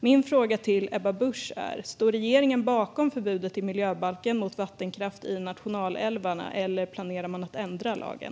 Min fråga till Ebba Busch är: Står regeringen bakom förbudet i miljöbalken mot vattenkraft i nationalälvarna, eller planerar man att ändra lagen?